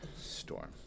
Storm